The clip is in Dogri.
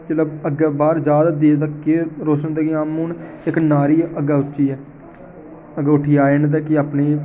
जेल्लै अग्गें बाहर जाह्ग ते देश दा केह् रोशन नाम इक नारी ऐ अग्गें उ'च्ची ऐ अग्गें उठियै आये न ते कि अपनी